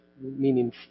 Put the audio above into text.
meaning